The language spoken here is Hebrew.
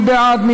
מי בעד?